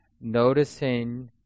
noticing